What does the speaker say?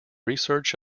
research